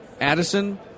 Addison